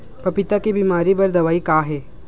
पपीता के बीमारी बर दवाई का हे?